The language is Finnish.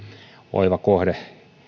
oiva kohde